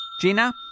Gina